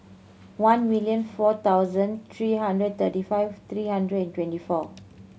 one million four thousand three hundred thirty five three hundred and twenty four